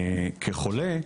כחולה,